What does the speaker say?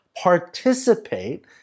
participate